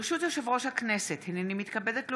ברשות יושב-ראש הכנסת, הינני מתכבדת להודיעכם,